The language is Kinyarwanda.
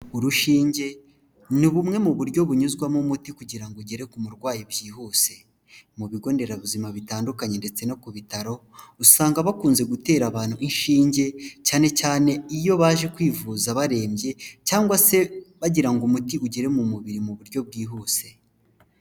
Urushinge ni bumwe mu buryo bunyuzwamo umuti kugira ngo ugere ku murwayi byihuse. Mu bigo nderabuzima bitandukanye ndetse no ku bitaro usanga bakunze gutera abantu inshinge cyane cyane iyo baje kwivuza barembye cyangwa se bagirango ngo umuti ugere mu mubiri mu buryo bwihuse.